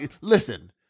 Listen